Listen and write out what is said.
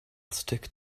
stick